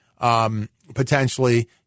potentially